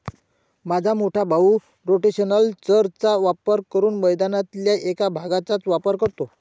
माझा मोठा भाऊ रोटेशनल चर चा वापर करून मैदानातल्या एक भागचाच वापर करतो